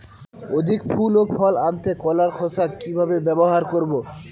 অধিক ফুল ও ফল আনতে কলার খোসা কিভাবে ব্যবহার করব?